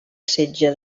setge